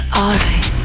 alright